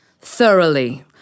Thoroughly